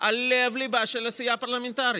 על לב-ליבה של העשייה הפרלמנטרית.